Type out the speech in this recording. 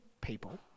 people